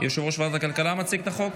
יושב-ראש ועדת הכלכלה מציג את החוק?